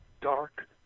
dark